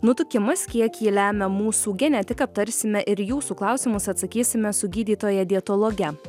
nutukimas kiek jį lemia mūsų genetika aptarsime ir į jūsų klausimus atsakysime su gydytoja dietologe